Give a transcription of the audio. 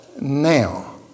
now